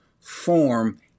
form